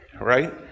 right